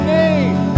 name